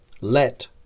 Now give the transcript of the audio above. let